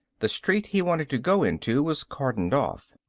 the street he wanted to go into was cordoned off.